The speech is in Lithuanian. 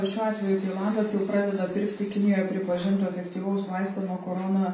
šiuo atveju tailandas jau pradeda pirkti kinijoj pripažinto efektyvaus vaisto nuo korona